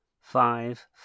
five